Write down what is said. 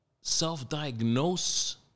self-diagnose